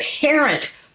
parent